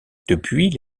depuis